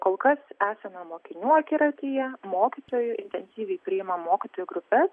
kol kas esame mokinių akiratyje mokytojų intensyviai priimam mokytojų grupes